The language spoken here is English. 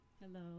Hello